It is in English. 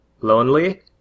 lonely